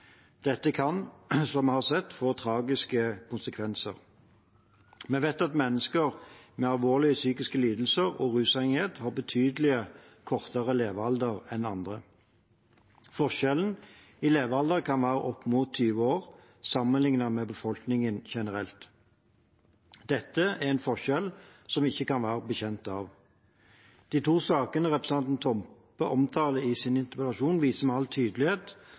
Dette kan, som vi har sett, få tragiske konsekvenser. Vi vet at mennesker med alvorlige psykiske lidelser og rusavhengighet har betydelig kortere levealder enn andre. Forskjellen i levealder kan være opp mot 20 år sammenliknet med befolkningen generelt. Dette er en forskjell vi ikke kan være bekjent av. De to sakene representanten Toppe omtaler i sin interpellasjon, viser med all tydelighet